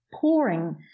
pouring